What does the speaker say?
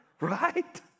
Right